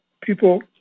people